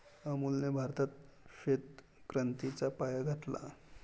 अमूलने भारतात श्वेत क्रांतीचा पाया घातला